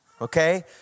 okay